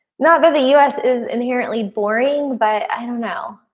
not that the us is inherently boring, but i don't know.